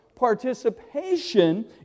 participation